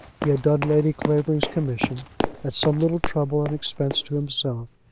he had done lady clavering's commission at some little trouble and expense to himself,